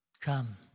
Come